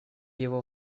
его